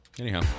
Anyhow